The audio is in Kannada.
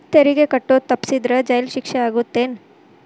ತೆರಿಗೆ ಕಟ್ಟೋದ್ ತಪ್ಸಿದ್ರ ಜೈಲ್ ಶಿಕ್ಷೆ ಆಗತ್ತೇನ್